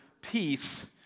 peace